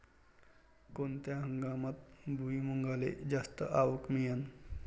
कोनत्या हंगामात भुईमुंगाले जास्त आवक मिळन?